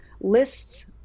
lists